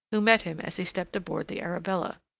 who met him as he stepped aboard the arabella